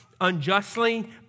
unjustly